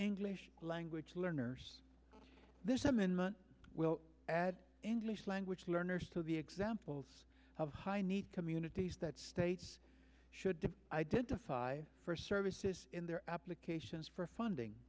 english language learners there's some in my will add english language learners to the examples of high need communities that states should identify first services in their applications for funding